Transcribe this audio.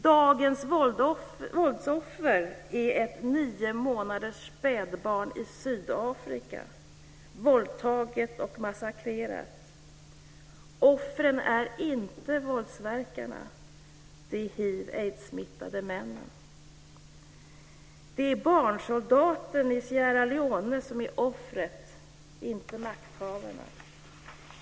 Dagens våldsoffer är ett niomånaders spädbarn i Sydafrika, våldtaget och massakrerat. Offren är inte våldsverkarna utan de hiv och aidssmittade männen. Det är barnsoldaten i Sierra Leone som är offret, inte makthavarna.